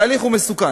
התהליך הוא מסוכן.